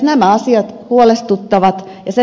nämä asiat huolestuttavat